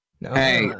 Hey